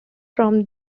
from